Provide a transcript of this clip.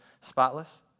spotless